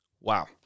Wow